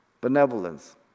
Benevolence